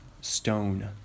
stone